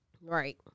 Right